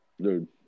dude